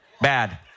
bad